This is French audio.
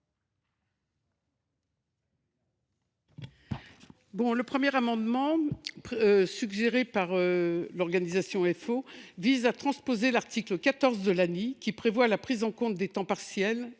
Monge. Cet amendement, suggéré par le syndicat FO, vise à transposer l’article 14 de l’ANI, qui prévoit la prise en compte des temps partiels